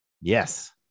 Yes